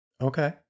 okay